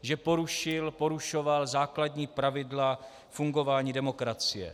Že porušoval základní pravidla fungování demokracie.